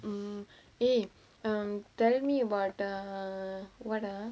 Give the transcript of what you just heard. mm eh telling me about what ah